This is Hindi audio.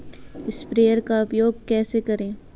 स्प्रेयर का उपयोग कैसे करें?